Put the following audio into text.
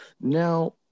Now